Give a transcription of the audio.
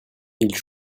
ils